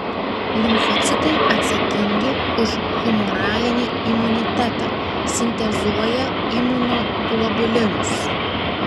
limfocitai atsakingi už humoralinį imunitetą sintezuoja imunoglobulinus